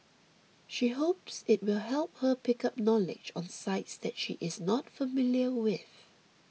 she hopes it will help her pick up knowledge on sites that she is not familiar with